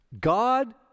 God